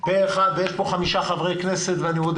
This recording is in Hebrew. הצבעה בעד, 5 נגד, אין